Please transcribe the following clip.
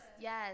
Yes